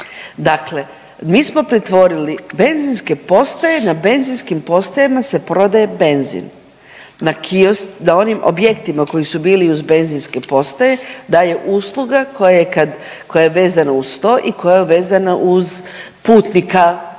Dakle, mi smo pretvorili benzinske postaje, na benzinskim postajama se prodaje benzin, na onim objektima koji su bili uz benzinske postaje daje usluga koja je kad, koja je vezana uz to i koja je vezana uz putnika koji